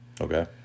Okay